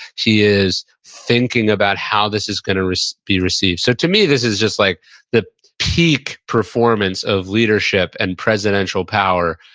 he is thinking about how this is going to be received so, to me, this is just like the peak performance of leadership and presidential power.